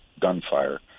gunfire